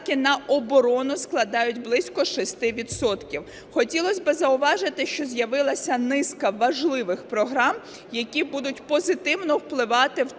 на оборону складають близько 6 відсотків. Хотілося б зауважити, що з'явилася низка важливих програм, які будуть позитивно впливати